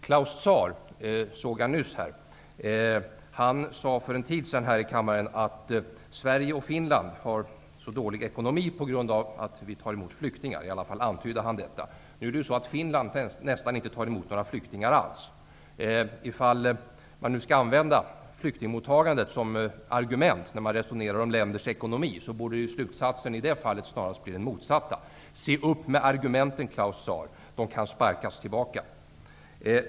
Claus Zaar, som jag såg här nyss, sade för en tid sedan här i kammaren att Sverige och Finland har så dålig ekonomi på grund av att man tar emot flyktingar -- han antydde åtminstone detta. Nu är det så att Finland nästan inte tar emot några flyktingar alls. Om man skall använda flyktingmottagandet som argument när man resonerar om länders ekonomi borde slutsatsen i det fallet snarast bli den motsatta. Se upp med argumenten Claus Zaar! De kan sparkas tillbaka.